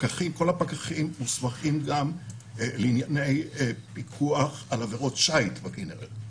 כל הפקחים מוסמכים גם לענייני פיקוח על עבירות שיט בכינרת.